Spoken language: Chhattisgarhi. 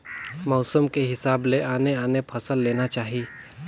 मउसम के हिसाब ले आने आने फसल लेना चाही